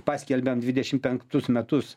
paskelbiant dešim penktus metus